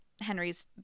Henry's